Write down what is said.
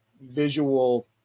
visual